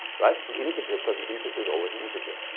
but an integer plus an integer is always an integer.